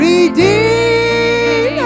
Redeem